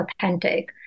authentic